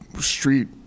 street